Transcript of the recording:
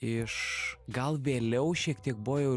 iš gal vėliau šiek tiek buvo jau